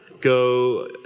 go